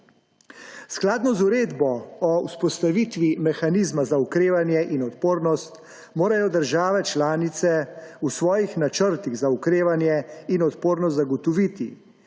Skladno z Uredbo o vzpostavitvi Mehanizma za okrevanje in odpornost morajo države članice v svojih načrtih za okrevanje in odpornost zagotoviti,